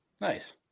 Nice